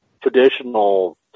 traditional